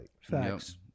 Facts